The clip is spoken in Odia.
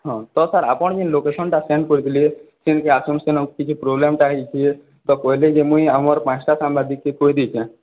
ହଁ ତ ସାର୍ ଆପଣ ଯେନ୍ ଲୋକେସନ୍ଟା ସେଣ୍ଟ୍ କରି ଥିଲେ ସେନ୍କେ ଆସନ୍ ସେନେ କିଛି ପ୍ରୋବ୍ଲମ୍ଟା ହେଇଛି ତ କହେଲେ ଯେ ମୁଇଁ ଆମର୍ ପାଁସ୍ଟା ସାମ୍ୱାଦିକେ କହି ଦେଇଛେ